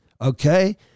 Okay